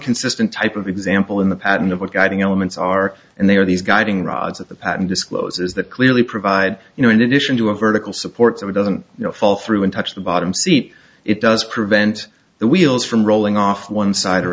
consistent type of example in the patent of a guiding elements are and they are these guiding rods of the patent discloses that clearly provide you know in addition to a vertical support that it doesn't know fall through and touch the bottom seat it does prevent the wheels from rolling off one side or